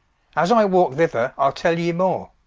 as i walke thither, ile tell ye more